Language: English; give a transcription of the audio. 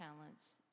talents